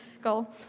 goal